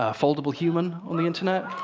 ah foldablehuman on the internet?